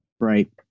Right